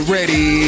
Ready